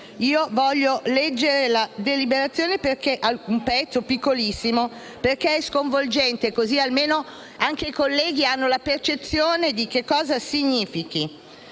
cui voglio leggere un piccolo pezzo, perché è sconvolgente, così almeno anche i colleghi hanno la percezione di cosa significhi: